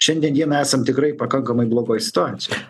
šiandien dienai esam tikrai pakankamai blogoj situacijoj